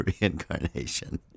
reincarnation